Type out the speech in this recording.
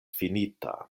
finita